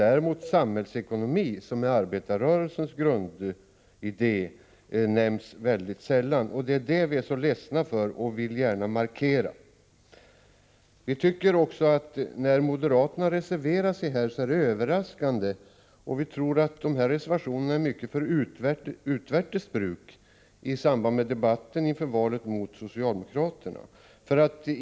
Ordet samhällsekonomi, som anknyter till arbetarrörelsens grundidé, nämns däremot endast sällan. Det är det som vi är ledsna för och vill markera. Vi tycker vidare att det är överraskande att moderaterna reserverar sig i det här sammanhanget. Vi tror att deras reservationer i mycket är till för utvärtes bruk, för att användas mot socialdemokraterna i samband med debatten inför valet.